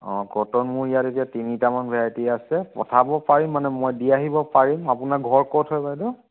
অ' croton মোৰ ইয়াত এতিয়া তিনিটামান ভেৰাইটি আছে পঠাব পাৰিম মানে মই দি আহিব পাৰিম আপোনাৰ ঘৰ ক'ত হয় বাইদ'